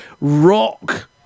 rock